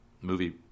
movie